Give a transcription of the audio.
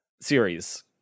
series